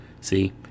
See